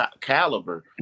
caliber